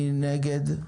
מי נגד?